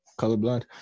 Colorblind